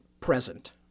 present